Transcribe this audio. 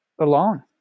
alone